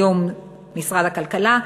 היום משרד הכלכלה,